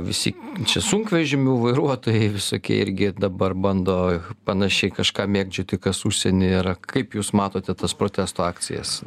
visi čia sunkvežimių vairuotojai visokie irgi dabar bando panašiai kažką mėgdžioti kas užsieny yra kaip jūs matote tas protesto akcijas